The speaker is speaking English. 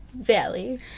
Valley